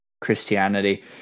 Christianity